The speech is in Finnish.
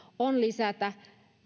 on lisätä